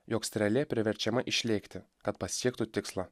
jog strėlė priverčiama išlėkti kad pasiektų tikslą